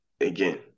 again